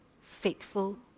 faithful